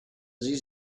sie